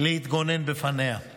להתגונן מפניה לעת הזו.